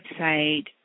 website